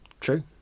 true